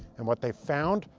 and what they found,